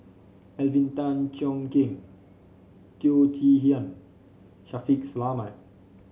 Alvin Tan Cheong Kheng Teo Chee Hean Shaffiq Selamat